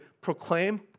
proclaim